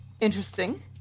interesting